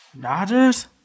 Dodgers